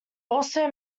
also